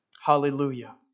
Hallelujah